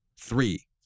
three